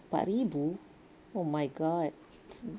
empat ribu oh my god